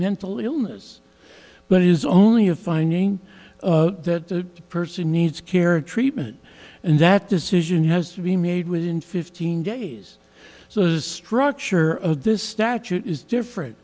mental illness but is only a finding that the person needs care or treatment and that decision has to be made within fifteen days so the structure of this statute is different